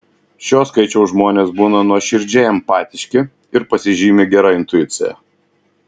šio skaičiaus žmonės būna nuoširdžiai empatiški ir pasižymi gera intuicija